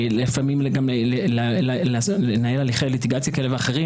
לפעמים לנהל הליכי- -- כאלה ואחרים,